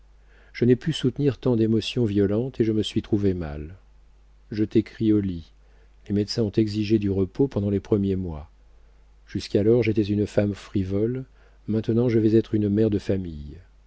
je n'ai pu soutenir tant d'émotions violentes et je me suis trouvée mal je t'écris au lit les médecins ont exigé du repos pendant les premiers mois jusqu'alors j'étais une femme frivole maintenant je vais être une mère de famille